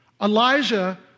Elijah